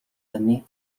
années